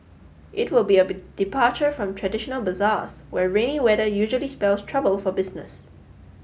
it will be a be departure from traditional bazaars where rainy weather usually spells trouble for business